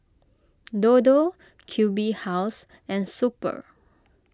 Dodo Q B House and Super